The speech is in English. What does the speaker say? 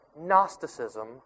Gnosticism